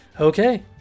Okay